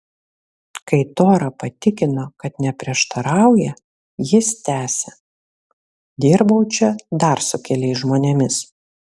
kai tora patikino kad neprieštarauja jis tęsė dirbau čia dar su keliais žmonėmis